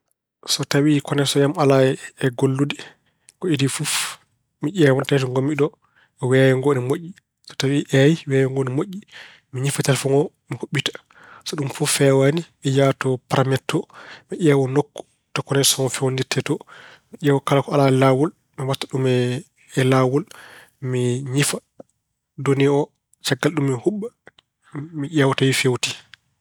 So tawi koneksoŋ am alaa e gollude, ko idii fof mi ƴeewan tawi to ngonmi ɗo weeyo ngo ina moƴƴi. So tawi eey weeyo ngo ina moƴƴi, mi ñifa telefoŋ oo, mi huɓɓita. So ɗum fof feewaani, mi yaha to parameeter too, mi ƴeewa nokku to koneksoŋ o feewnee too. Mi ƴeewa kala ko alaa e laawol, mi waɗta ɗum e laawol. Mi ñifa donee oo, caggal ɗum mi huɓɓa. Mi ƴeewa tawi feewti.